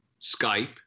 Skype